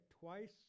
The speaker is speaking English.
twice